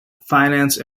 finance